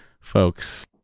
folks